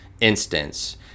instance